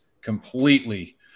completely